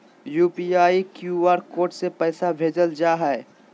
UPI, QR code से पैसा भेजल जा हइ